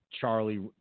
Charlie